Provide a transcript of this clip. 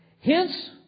Hence